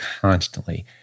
constantly